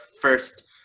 first